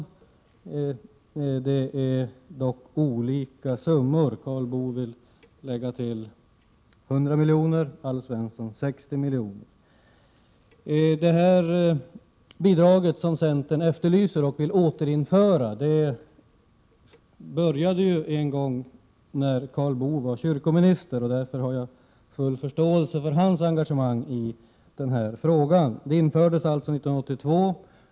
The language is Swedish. Yrkandena gäller dock olika summor. Karl Boo vill lägga till 100 miljoner, Alf Svensson 60 miljoner. Det bidrag som centern efterlyser och vill återinföra började utgå när Karl Boo var kyrkominister. Därför har jag full förståelse för hans engagemang i denna fråga. Bidraget infördes alltså 1982.